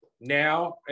now